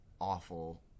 awful